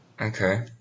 Okay